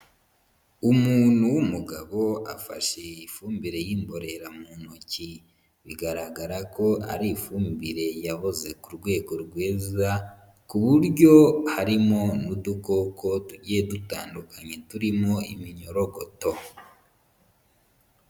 Umuntu w'umugabo afashe ifumbire y'imborera mu ntoki bigaragara ko ari ifumbire yaboze ku rwego rwiza ku buryo harimo n'udukoko tugiye dutandukanye turimo iminyorogoto.